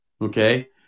Okay